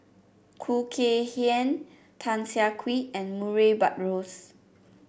Khoo Kay Hian Tan Siah Kwee and Murray Buttrose